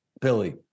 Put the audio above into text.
Billy